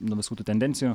nu visų tų tendencijų